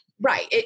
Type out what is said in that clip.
Right